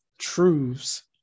truths